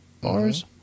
bars